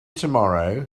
tomorrow